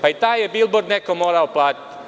Pa i taj je bilbord neko morao platiti.